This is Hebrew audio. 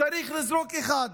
הפתרון, צריך לזרוק אחד.